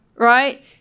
Right